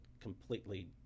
completely